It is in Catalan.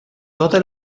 tota